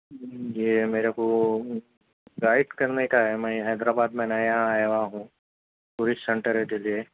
جی میرے کو گائڈ کرنے کا ہے میں حیدرآباد میں نیا آیا ہوں ٹورسٹ سینٹر کے لیے